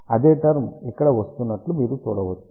అదే టర్మ్ ఇక్కడ వస్తున్నట్లు మీరు చూడవచ్చు